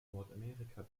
nordamerika